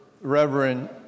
Reverend